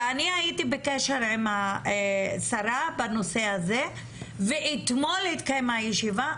ואני הייתי בקשר עם השרה בנושא הזה ואתמול התקיימה ישיבה.